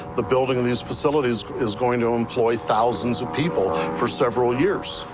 the building of these facilities is going to employ thousands of people for several years.